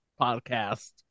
podcast